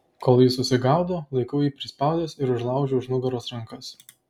kol jis susigaudo laikau jį prispaudęs ir užlaužiu už nugaros rankas